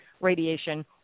radiation